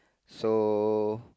so